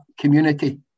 community